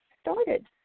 started